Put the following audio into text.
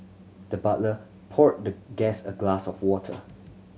the butler poured the guest a glass of water